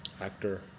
actor